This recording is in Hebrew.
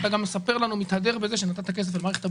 אתה גם מתהדר בזה שנתת כסף למערכת הבריאות.